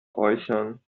äußern